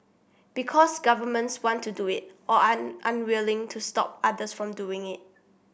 because governments want to do it or are unwilling to stop others from doing it